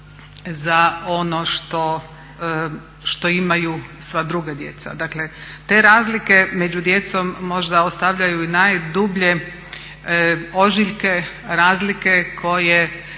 za ono što imaju sva druga djeca. Dakle te razlike među djecom možda ostavljaju i najdublje ožiljke, razlike o